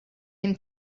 him